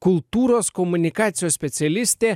kultūros komunikacijos specialistė